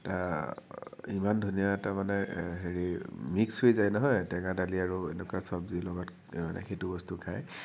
ইমান ধুনীয়া এটা মানে হেৰি মিক্স হৈ যায় নহয় টেঙা দালি আৰু এনেকুৱা চব্জিৰ লগত সেইটো বস্তু খায়